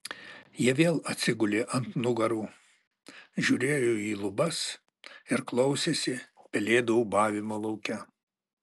jie vėl atsigulė ant nugarų žiūrėjo į lubas ir klausėsi pelėdų ūbavimo lauke